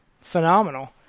phenomenal